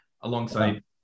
alongside